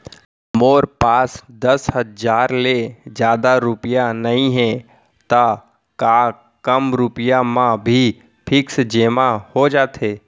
मोर पास दस हजार ले जादा रुपिया नइहे त का कम रुपिया म भी फिक्स जेमा हो जाथे?